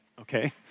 okay